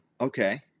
Okay